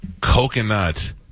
coconut